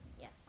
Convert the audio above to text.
Yes